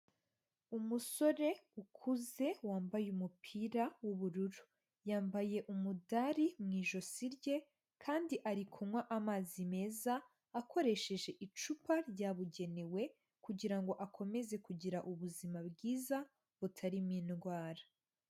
Umusore ukuze wambaye umupira w'ubururu, yambaye umudari mu ijosi rye kandi ari kunywa amazi meza, akoresheje icupa ryabugenewe kugira ngo akomeze kugira ubuzima bwiza butarimo indwara.